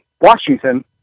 Washington